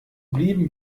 blieben